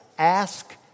Ask